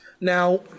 Now